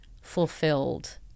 fulfilled